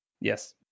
Yes